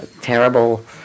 terrible